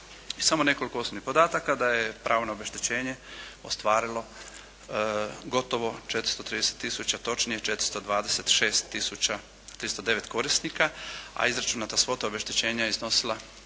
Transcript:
I samo nekoliko osnovnih podataka. Da je pravo na obeštećenje ostvarilo gotovo 430 tisuća, točnije 426 tisuća 309 korisnika, a izračunata svota obeštećenja je iznosila